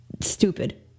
stupid